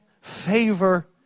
favor